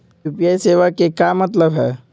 UPI सेवा के का मतलब है?